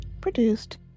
produced